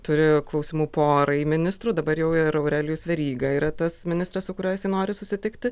turėjo klausimų porai ministrų dabar jau ir aurelijus veryga yra tas ministras su kuriuo jis nori susitikti